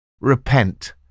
Repent